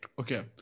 Okay